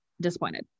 disappointed